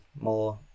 more